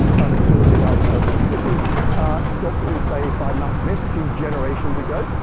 kind of sorting out problems. this is doctor who played by matt smith a few generations ago.